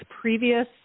previous